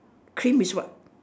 cream is what